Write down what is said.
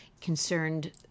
concerned